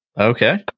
Okay